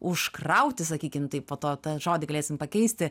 užkrauti sakykim tai po to tą žodį galėsim pakeisti